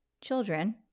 children